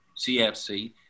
CFC